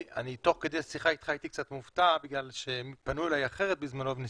תוך כדי שיחה אתך הייתי קצת מופתע כי פנו אלי אחרת בזמנו ואני